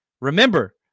Remember